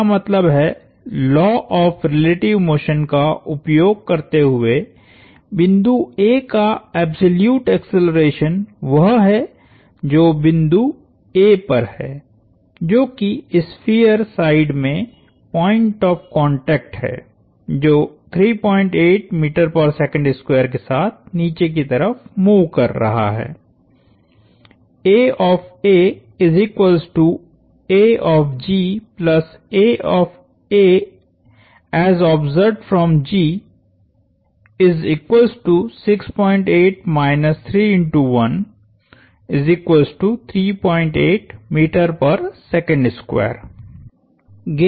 इसका मतलब है लॉ ऑफ़ रिलेटिव मोशन का उपयोग करते हुए बिंदु A का एब्सोल्यूट एक्सेलरेशन वह है जो बिंदु A पर है जो कि स्फीयर साइड में पॉइंट ऑफ़ कांटेक्ट है जो के साथ नीचे की तरफ मूव कर रहा है